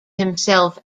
himself